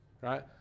Right